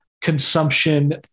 consumption